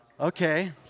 Okay